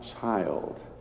child